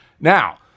Now